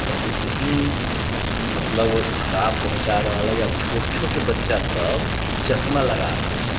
बहुत ही मतलब खराब पहुँचा रहल है आ छोट छोट बच्चा सब चश्मा लगा रहल छथिन